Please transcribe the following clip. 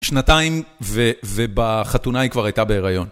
שנתיים ובחתונה היא כבר הייתה בהיריון.